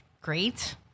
great